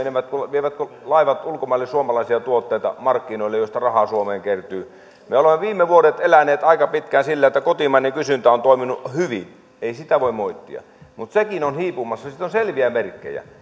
vievätkö laivat ulkomaille suomalaisia tuotteita markkinoille joista rahaa suomeen kertyy me olemme viime vuodet eläneet aika pitkään sillä että kotimainen kysyntä on toiminut hyvin ei sitä voi moittia mutta sekin on hiipumassa siitä on selviä merkkejä